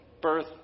birth